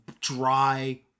dry